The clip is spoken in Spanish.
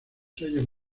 sellos